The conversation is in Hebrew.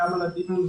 על הדיון,